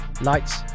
lights